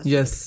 Yes